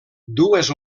dues